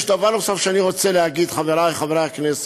יש דבר נוסף שאני רוצה להגיד, חברי חברי הכנסת.